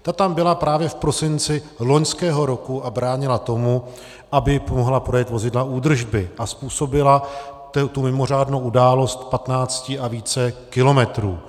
Ta tam byla právě v prosinci loňského roku a bránila tomu, aby mohla projet vozidla údržby, a způsobila tu mimořádnou událost 15 a více kilometrů.